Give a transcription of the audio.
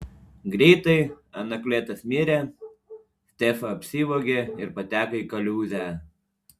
greitai anaklėtas mirė stefa apsivogė ir pateko į kaliūzę